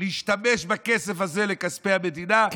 להשתמש בכסף הזה לכספי המדינה.